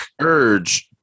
urge